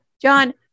John